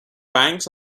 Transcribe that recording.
banks